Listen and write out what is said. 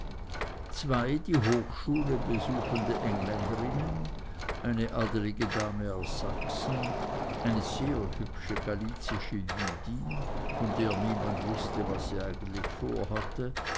zwei die hochschule besuchende engländerinnen eine adelige dame aus sachsen eine sehr hübsche galizische jüdin von der niemand wußte was sie eigentlich vorhatte